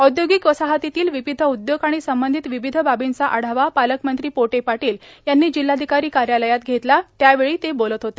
औदयोगिक वसाहतीतील विविध उदयोग आणि संबंधित विविध बाबींचा आढावा पालकमंत्री पोटे पाटील यांनी जिल्हाधिकारी कार्यालयात घेतला त्यावेळी ते बोलत होते